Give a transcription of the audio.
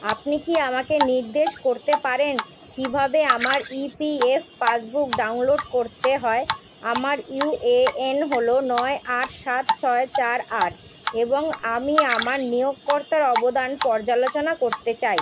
আপনি কি আমাকে নির্দেশ করতে পারেন কীভাবে আমার E P F passbook download করতে হয় আমার ইউ এ এন হলো নয় আট সাত ছয় চার আট এবং আমি আমার নিয়োগকর্তার অবদান পর্যালোচনা করতে চাই